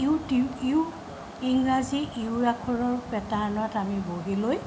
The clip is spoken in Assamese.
ইংৰাজী ইউ আখৰৰ পেটাৰ্ণত আমি বহিলৈ